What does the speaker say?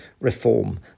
reform